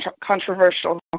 controversial